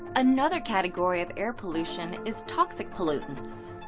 another category of air pollution is toxic pollutants.